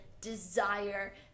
desire